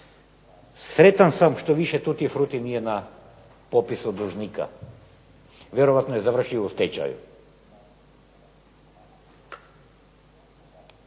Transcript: Sretan sam što više "Tuti fruti" nije na popisu dužnika, vjerojatno je završio u stečaju.